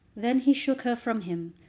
then he shook her from him,